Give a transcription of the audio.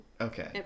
Okay